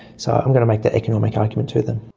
so i'm going to make that economic argument to them.